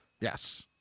Yes